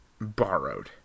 borrowed